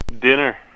Dinner